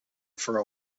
for